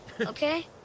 Okay